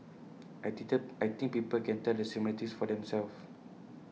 I I think people can tell the similarities for themselves